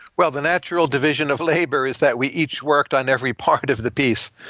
well, the natural division of labor is that we each worked on every part of the piece.